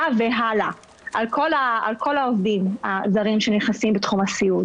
והלאה על כל העובדים הזרים שנכנסים בתחום התעשייה.